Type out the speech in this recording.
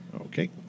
Okay